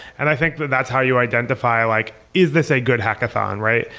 and i think that's how you identify like is this a good hackathon, right?